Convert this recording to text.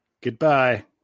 Goodbye